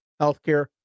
healthcare